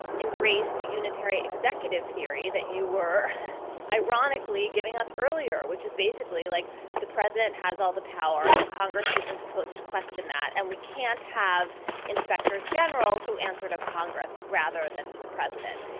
embraced the unitary executive theory that you were ironically giving us earlier, which is basically like the president has all the power. and congress isn't supposed to question that. and we can't have inspectors general who answered a congress rather than to the president.